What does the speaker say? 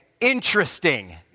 interesting